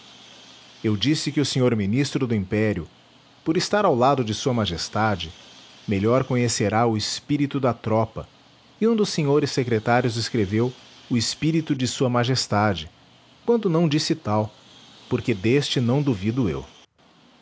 eu disse que o sr ministro do império por estar ao lado de sua majestade melhor conhecerá o espírito da tropa e um dos senhores secretários escreveu o espírito de sua majestade quando não disse tal porque deste não duvido eu